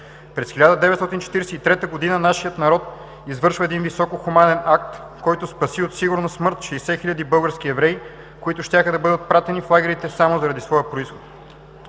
През 1943 г. нашият народ извършва един високо хуманен акт, който спаси от сигурна смърт 60 хиляди български евреи, които щяха да бъдат пратени в лагерите само заради своя произход.